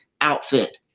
outfit